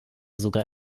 sogar